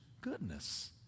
goodness